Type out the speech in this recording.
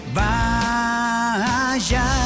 vaya